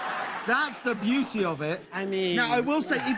that's the beauty of it. i mean i will say